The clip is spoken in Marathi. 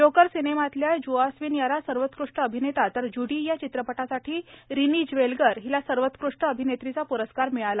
जोकर सिनेमातल्या ज्आस्विन याला सर्वोकृष्ट अभिनेता तर जूडी या चित्रपटासाठी रिनी ज्वेलगर हिला सर्वोकृष्ट अभिनेत्रीचा प्रस्कार मिळाला